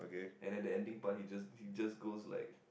and at the ending part he just he just goes like